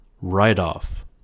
write-off